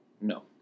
No